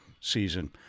season